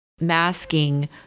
masking